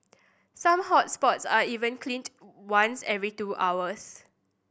some hot spots are even cleaned once every two hours